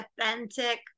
authentic